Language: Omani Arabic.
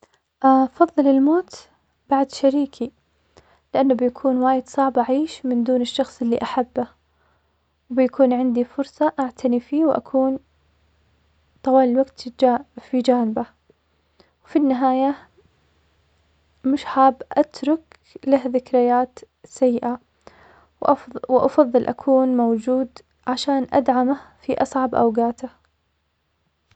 أفضل الموت بعد شريكي, لأنه بيكون وايد صعب أعيش من دون الشخص اللي أحبه, وبيكون عندي فرصة أعتني فيه وأكون طوال الوقت في جا- في جانبه, وفي النهاية مش حاب أترك له ذكريات سيئة, وأفض- وأفضل أكون موجود علشان أدعمه في أصعب أوقاته.